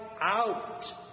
out